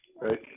right